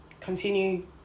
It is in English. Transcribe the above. continue